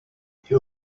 you